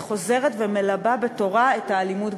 וחוזרת ומלבה בתורה את האלימות,